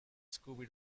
scooby